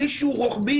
כלי שהוא רוחבי,